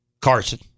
carson